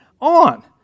on